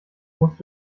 musst